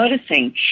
noticing